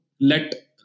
let